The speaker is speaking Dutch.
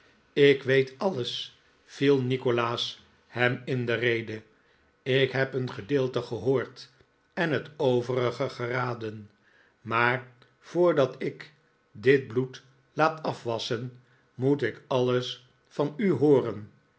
ik weet alles viel nikolaas hem in de rede ik heb een gedeelte gehoord en het overige geraden maar voordat ik dit bloed laat afwasschen moet ik alles van u hooren